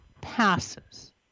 passes